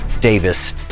Davis